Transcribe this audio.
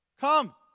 Come